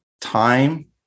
Time